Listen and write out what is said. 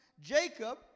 Jacob